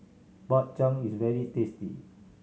Bak Chang is very tasty